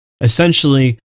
essentially